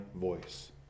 voice